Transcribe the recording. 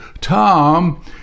Tom